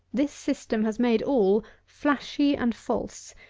this system has made all flashy and false,